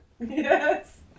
yes